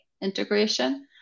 integration